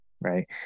right